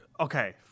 Okay